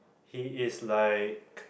he is like